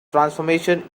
transformation